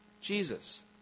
Jesus